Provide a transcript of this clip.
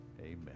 amen